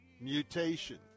mutation